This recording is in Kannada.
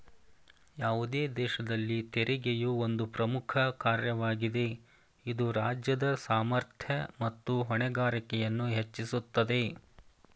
ಯಾವುದೇ ದೇಶದಲ್ಲಿ ತೆರಿಗೆಯು ಒಂದು ಪ್ರಮುಖ ಕಾರ್ಯವಾಗಿದೆ ಇದು ರಾಜ್ಯದ ಸಾಮರ್ಥ್ಯ ಮತ್ತು ಹೊಣೆಗಾರಿಕೆಯನ್ನು ಹೆಚ್ಚಿಸುತ್ತದೆ